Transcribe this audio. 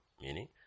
Meaning